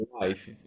life